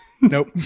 nope